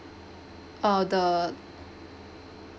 or the